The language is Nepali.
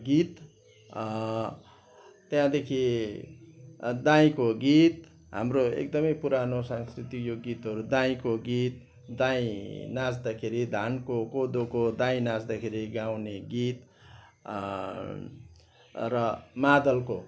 गीत त्यहाँदेखि दाईँको गीत हाम्रो एकदमै पुरानो सांस्कृतिक यो गीतहरू दाईँको गीत दाईँ नाँच्दाखेरि धानको कोदोको दाईँ नाँच्दाखेरि गाउने गीत र मादलको